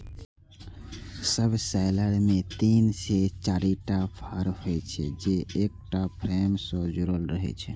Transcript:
subsoiler मे तीन से चारिटा फाड़ होइ छै, जे एकटा फ्रेम सं जुड़ल रहै छै